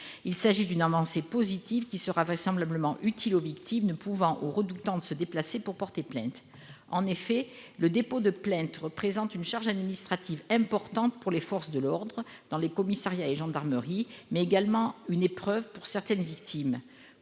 dix ans. Cette avancée sera vraisemblablement utile aux victimes ne pouvant se déplacer ou redoutant de se déplacer pour porter plainte. Le dépôt de plainte représente une charge administrative importante pour les forces de l'ordre dans les commissariats et les gendarmeries, mais également une épreuve pour certaines victimes.